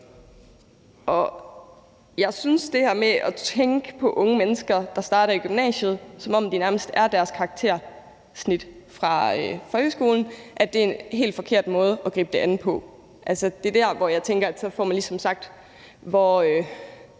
Jeg synes, at det her med at tænke på unge mennesker, der starter i gymnasiet, som om de nærmest er lig med deres karaktersnit fra folkeskolen, er en helt forkert måde at gribe det an på. Der tænker jeg, at man så ligesom får sagt: Hvor